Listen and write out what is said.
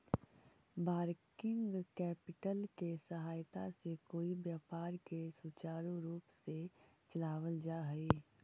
working capital के सहायता से कोई व्यापार के सुचारू रूप से चलावल जा हई